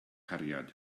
cariad